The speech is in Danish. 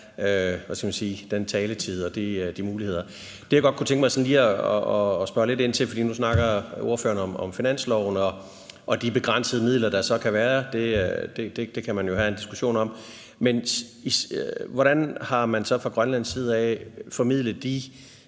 og skulle have den taletid og de muligheder. Det, jeg godt kunne tænke mig sådan lige at spørge lidt ind til – og nu snakker ordføreren om finansloven og de begrænsede midler, der så kan være, og det kan man jo have en diskussion om – er: Hvordan har man så fra Grønlands side af formidlet de